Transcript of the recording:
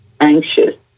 anxious